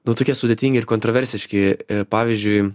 nu tokie sudėtingi ir kontroversiški pavyzdžiui